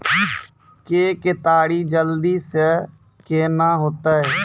के केताड़ी जल्दी से के ना होते?